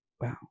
wow